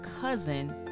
cousin